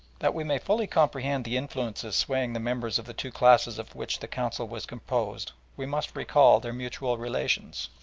that we may fully comprehend the influences swaying the members of the two classes of which the council was composed, we must recall their mutual relations.